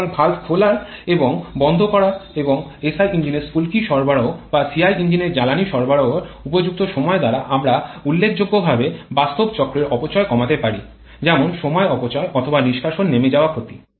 সুতরাং ভালভ খোলার এবং বন্ধ করার এবং এসআই ইঞ্জিনের স্ফুলকি সরবরাহ বা সিআই ইঞ্জিনের জ্বালানী সরবরাহ উপযুক্ত সময় দ্বারা আমরা উল্লেখযোগ্যভাবে বাস্তব চক্রের অপচয় কমাতে পারি যেমন সময় অপচয় অথবা নিষ্কাশন নেমে যাওয়া ক্ষতি